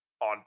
on